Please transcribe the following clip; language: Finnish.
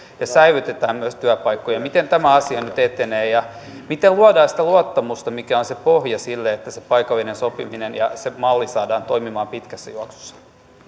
ja säilytetään myös työpaikkoja niin miten tämä asia nyt etenee ja miten luodaan sitä luottamusta mikä on se pohja sille että paikallinen sopiminen ja malli saadaan toimimaan pitkässä juoksussa